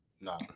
No